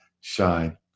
shine